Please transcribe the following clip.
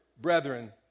brethren